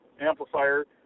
amplifier